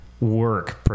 work